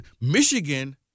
Michigan